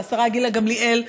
של השרה גילה גמליאל,